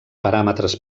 paràmetres